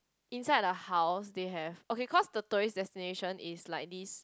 inside the house they have okay cause the tourist destination is like this